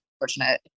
unfortunate